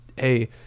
hey